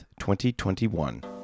2021